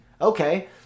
Okay